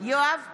יואב קיש,